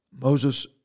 Moses